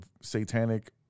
satanic